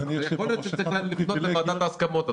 אבל יכול להיות שצריך לפנות לוועדת ההסכמות,